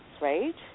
right